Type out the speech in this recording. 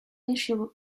issue